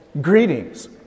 Greetings